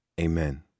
Amen